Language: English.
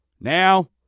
now